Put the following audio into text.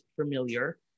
familiar